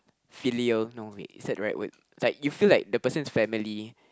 filial no wait is that the right word is like you feel like the person's family